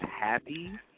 happy